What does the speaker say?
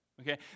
okay